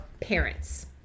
parents